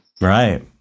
Right